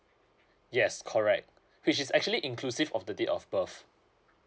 yes correct which is actually inclusive of the date of birth